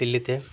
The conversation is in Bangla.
দিল্লিতে